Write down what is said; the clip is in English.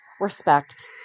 respect